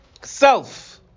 self